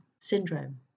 Syndrome